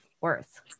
worth